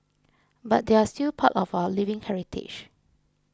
but they're still part of our living heritage